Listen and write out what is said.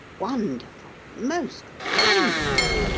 wonderful, most wonderful!